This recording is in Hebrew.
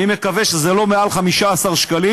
אני מקווה שזה לא מעל 15 שקלים,